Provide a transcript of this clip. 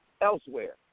elsewhere